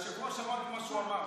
כמו שהוא אמר.